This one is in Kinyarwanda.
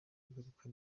ingaruka